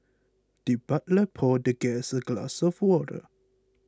the butler poured the guest a glass of water